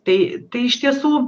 tai tai iš tiesų